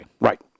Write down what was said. Right